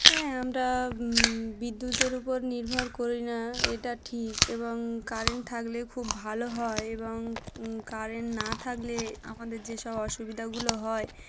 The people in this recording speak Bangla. হ্যাঁ আমরা বিদ্যুতের উপর নির্ভর করি না এটা ঠিক এবং কারেন্ট থাকলে খুব ভালো হয় এবং কারেন্ট না থাকলে আমাদের যেসব অসুবিধাগুলো হয়